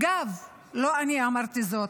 אגב, לא אני אמרתי זאת,